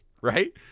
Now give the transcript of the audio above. right